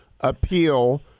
appeal